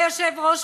היושב-ראש,